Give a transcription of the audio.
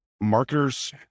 marketers